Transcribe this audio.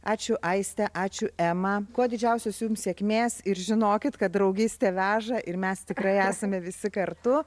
ačiū aiste ačiū ema kuo didžiausios jums sėkmės ir žinokit kad draugystė veža ir mes tikrai esame visi kartu